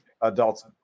adults